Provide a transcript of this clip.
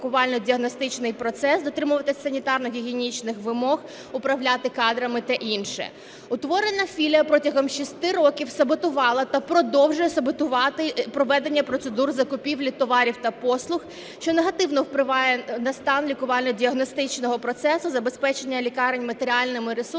дотримуватися санітарно-гігієнічних вимог, управляти кадрами та інше. Утворена філія протягом 6 років саботувала та продовжує саботувати проведення процедур закупівлі товарів та послуг, що негативно впливає на стан лікувально-діагностичного процесу, забезпечення лікарень матеріальними ресурсам,